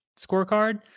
scorecard